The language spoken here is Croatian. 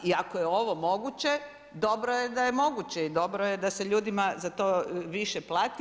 I ako je ovo moguće dobro je da je moguće i dobro je da se ljudima za to više plati.